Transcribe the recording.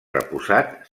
reposat